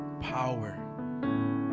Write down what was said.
power